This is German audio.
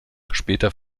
später